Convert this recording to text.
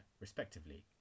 respectively